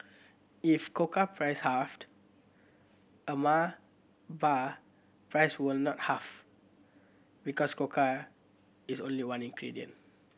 if cocoa price halved a Mar bar price will not halve because cocoa is only one ingredient